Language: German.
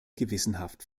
gewissenhaft